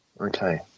Okay